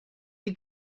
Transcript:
you